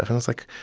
i was like,